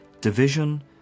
division